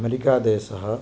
America देशः